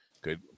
Good